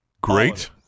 Great